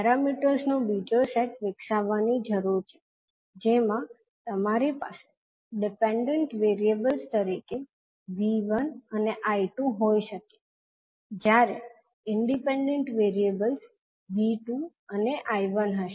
parameters નો બીજો set વિકસાવવાની જરૂર છે જેમાં તમારી પાસે ડિપેન્ડન્ટ વેરિએબલ્સ તરીકે V1 અને 𝐈2 હોઈ શકે જ્યારે ઇંડિપેન્ડન્ટ વેરિએબલ્સ 𝐕2 અને 𝐈1 હશે